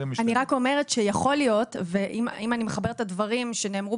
אני רק אומרת שיכול להיות ואם אני מחברת את הדברים שנאמרו